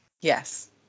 Yes